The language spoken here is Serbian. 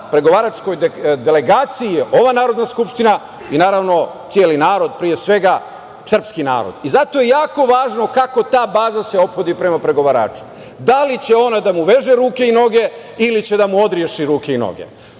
pregovaračkoj delegaciji je ova Narodna skupština i, naravno, celi narod, pre svega srpski narod. Zato je jako važno kako se ta baza ophodi prema pregovaraču, da li će ona da mu veže ruke i noge ili će da mu odreši ruke i noge.